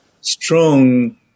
strong